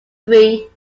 tree